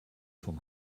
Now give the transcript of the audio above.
vom